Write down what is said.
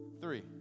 three